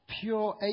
pure